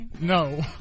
No